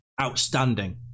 Outstanding